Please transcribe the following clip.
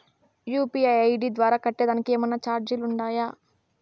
UPI ID ద్వారా కట్టేదానికి ఏమన్నా చార్జీలు ఉండాయా?